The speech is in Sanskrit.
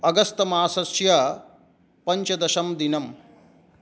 अगस्तमासस्य पञ्चदशं दिनम्